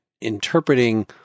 interpreting